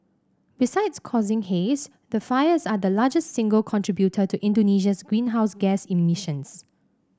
besides causing haze the fires are the largest single contributor to Indonesia's greenhouse gas emissions